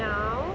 now